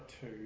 two